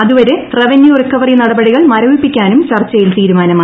അതുവരെ revenue recovery നടപടികൾ മരവിപ്പിക്കാനും ചർച്ചയിൽ തീരുമാനമായി